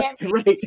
Right